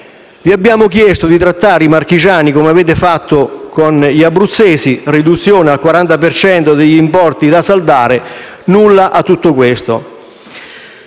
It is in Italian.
Vi abbiamo chiesto di trattare i marchigiani come avete fatto con gli abruzzesi (riduzione al 40 per cento degli importi da saldare), ma nulla di tutto questo